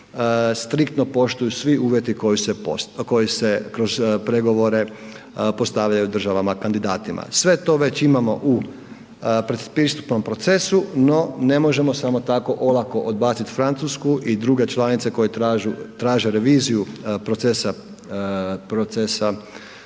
striktno poštuju svi uvjeti koji se kroz pregovore postavljaju državama kandidatima. Sve to već imamo u predpristupnom procesu, no ne možemo samo tako olako odbaciti Francusku i druge članice koje traže reviziju procesa